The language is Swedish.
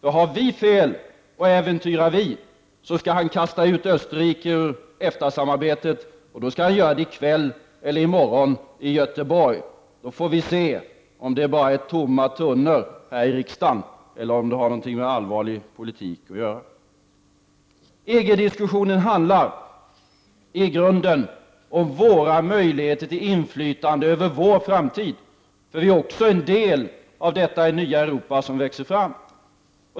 Är det vi som har fel och det är vi som äventyrar den europeiska utveckling så skall statsministern kasta ut Österrike ur EFTA-samarbetet i kväll eller i morgon i Göteborg. Då får vi se om hans kritik bara är tomma tunnor här i riksdagen eller om den har någonting med allvarlig politik att göra. EG-diskussionen handlar i grunden om våra möjligheter till inflytande över vår framtid. Det är en del av det nya Europa som växer fram.